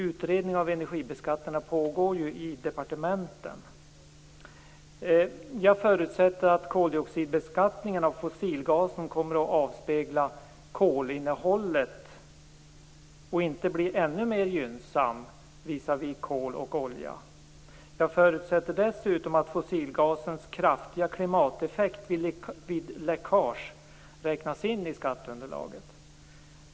Utredning av energiskatterna pågår ju i departementen. Jag förutsätter att koldioxidbeskattningen av fossilgasen kommer att avspegla kolinnehållet och inte bli ännu mer gynnsam visavi kol och olja. Jag förutsätter dessutom att fossilgasens kraftiga klimateffekt vid läckage räknas in i skatteunderlaget.